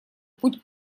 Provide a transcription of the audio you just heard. путь